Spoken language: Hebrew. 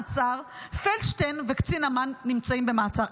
מעצר פלדשטיין וקצין אמ"ן נמצאים במעצר?